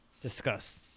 Discuss